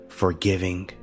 forgiving